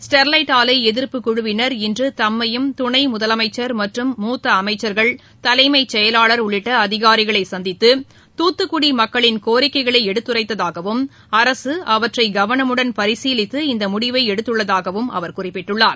Sterlite ஆலைஎதிர்ப்பு குழுவினர் இன்றுதம்மையும் துணைமுதலமைச்சர் மற்றும் மூத்தஅமைச்சர்கள் செயலாளர் தலைமைச் தூத்துக்குடிமக்களின் கோரிக்கைகளைஎடுத்துரைத்தாகவும் அரசுஅவற்றைகவனமுடன் பரிசீலித்து இந்தமுடிவைஎடுத்துள்ளதாகவும் அவர் குறிப்பிட்டுள்ளார்